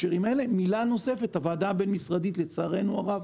לצערנו הרב,